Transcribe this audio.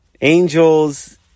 Angels